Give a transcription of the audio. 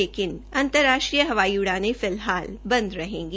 लेकिन अंतरराष्ट्रीय हवाई उड़ाने फिलहाल बंद रहेंगी